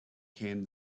came